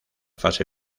fase